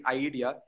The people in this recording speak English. idea